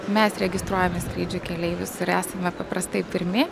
mes registruojame skrydžiui keleivius ir esame paprastai pirmi